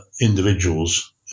individuals